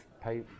pay